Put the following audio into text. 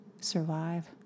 survive